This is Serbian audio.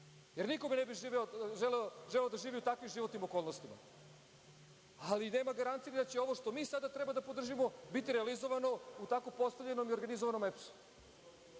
jer nikome ne bih želeo da živi u takvim životnim okolnostima, ali nema garancije da će ovo što mi sada treba da podržimo biti realizovano u tako postavljenom i organizovanom EPS-u.